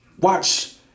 Watch